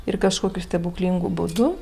ir kažkokiu stebuklingu būdu